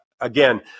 again